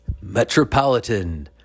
Metropolitan